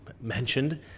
mentioned